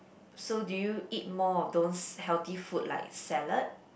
so do you eat more of those healthy food like salad